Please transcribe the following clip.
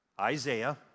Isaiah